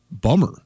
bummer